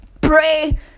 pray